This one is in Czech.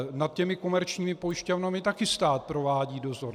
Nad těmi komerčními pojišťovnami také stát provádí dozor.